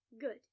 Good